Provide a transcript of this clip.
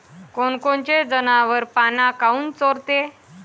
कोनकोनचे जनावरं पाना काऊन चोरते?